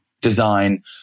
design